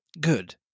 Good